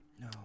No